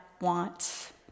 wants